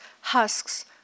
husks